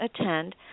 attend